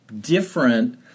different